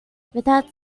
without